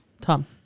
Tom